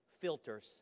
filters